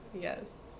Yes